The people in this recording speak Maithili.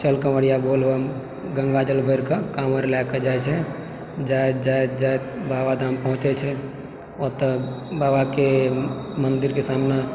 चल कवंरिया बोल बम गङ्गा जल भरिके काँवर लअ कए जाइ छै जाइत जाइत जाइत बाबा धाम पहुँचै छै ओतऽ बाबाके मन्दिरके सामने